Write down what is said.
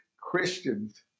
Christians